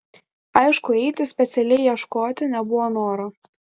aišku eiti specialiai ieškoti nebuvo noro